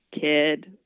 kid